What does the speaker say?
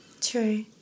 True